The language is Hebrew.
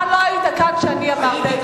אתה לא היית כאן כשאני אמרתי,